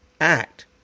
act